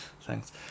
thanks